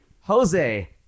Jose